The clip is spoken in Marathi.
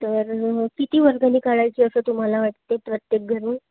तर किती वर्गणी काढायची असं तुम्हाला वाटते प्रत्येक घरी